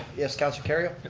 yes, councilor kerrio?